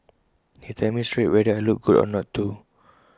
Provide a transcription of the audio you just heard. he tells me straight whether I look good or not too